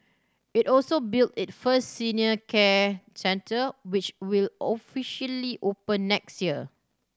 it also built it first senior care centre which will officially open next year